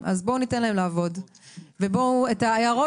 בנוסף